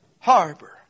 Harbor